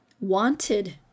wanted